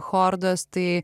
chordos tai